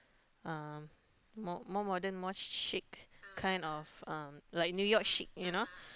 um more more modern more chic kind of um like New-York chic you know